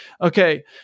Okay